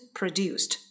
produced